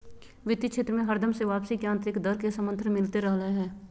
वित्तीय क्षेत्र मे हरदम से वापसी के आन्तरिक दर के समर्थन मिलते रहलय हें